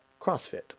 CrossFit